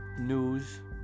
news